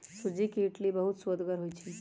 सूज्ज़ी के इडली बहुत सुअदगर होइ छइ